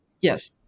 Yes